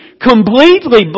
completely